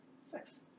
Six